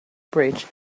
bridge